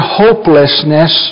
hopelessness